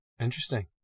Interesting